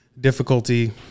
difficulty